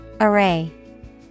Array